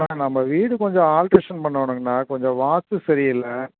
அண்ணா நம்ப வீடு கொஞ்சம் ஆல்ட்ரேஷன் பண்ணோணுங்கனா கொஞ்சம் வாஸ்த்து சரியில்லை